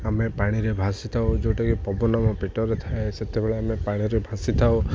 ଆମେ ପାଣିରେ ଭାସି ଥାଉ ଯେଉଁଟା କି ପବନ ପେଟରେ ଥାଏ ସେତେବେଳେ ଆମେ ପାଣିରେ ଭାସି ଥାଉ